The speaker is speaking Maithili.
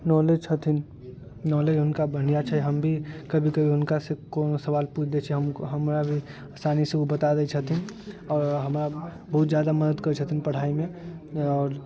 नॉलेज छथिन नॉलेज हुनका बढ़िआँ छै हम भी कभी कभी हुनकासँ कोनो सवाल पूछि दै छियै हमरा भी आसानीसँ उ बता दै छथिन आओर हमरा बहुत जादा मदति करै छथिन पढ़ाइमे आओर